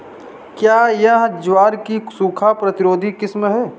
क्या यह ज्वार की सूखा प्रतिरोधी किस्म है?